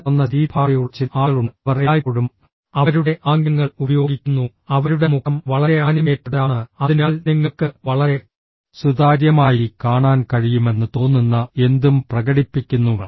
വളരെ തുറന്ന ശരീരഭാഷയുള്ള ചില ആളുകളുണ്ട് അവർ എല്ലായ്പ്പോഴും അവരുടെ ആംഗ്യങ്ങൾ ഉപയോഗിക്കുന്നു അവരുടെ മുഖം വളരെ ആനിമേറ്റഡ് ആണ് അതിനാൽ നിങ്ങൾക്ക് വളരെ സുതാര്യമായി കാണാൻ കഴിയുമെന്ന് തോന്നുന്ന എന്തും പ്രകടിപ്പിക്കുന്നു